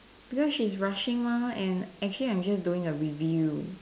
because she's rushing mah and actually I'm just doing a review